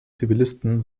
zivilisten